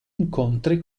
incontri